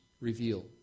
reveal